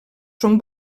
són